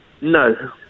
No